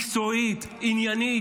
מקצועית, עניינית.